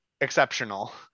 exceptional